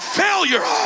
failure